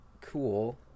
cool